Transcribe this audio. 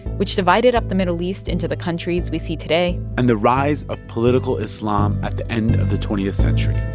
which divided up the middle east into the countries we see today and the rise of political islam at the end of the twentieth century